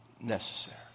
necessary